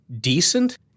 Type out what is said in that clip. decent